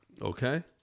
Okay